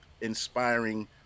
inspiring